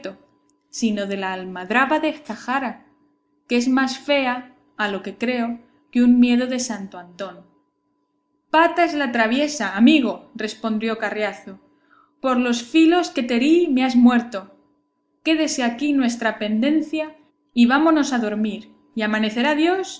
sino de la almadraba de zahara que es más fea a lo que creo que un miedo de santo antón pata es la traviesa amigo respondió carriazo por los filos que te herí me has muerto quédese aquí nuestra pendencia y vámonos a dormir y amanecerá dios